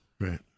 Right